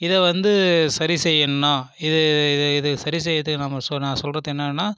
இது வந்து சரி செய்யணும்ன்னா இது இது சரி செய்கிறதுக்கு நம்ம நான் சொல்கிறது என்னென்னா